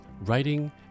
writing